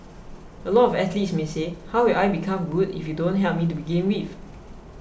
a lot of athletes may say how will I become good if you don't help me to begin with